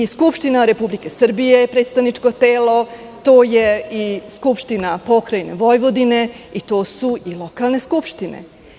Skupština Republike Srbije je predstavničko telo, to je i Skupština pokrajine Vojvodine i to su i lokalne skupštine.